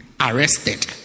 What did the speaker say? arrested